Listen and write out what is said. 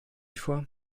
vor